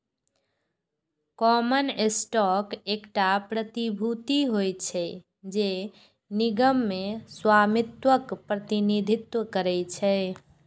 common stock एकटा प्रतिभूति होइ छै, जे निगम मे स्वामित्वक प्रतिनिधित्व करै छै